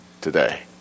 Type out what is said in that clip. today